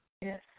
Yes